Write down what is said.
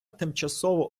тимчасово